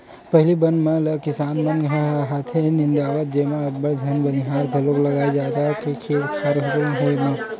पहिली बन मन ल किसान मन ह हाथे म निंदवाए जेमा अब्बड़ झन बनिहार घलोक लागय जादा के खेत खार के होय म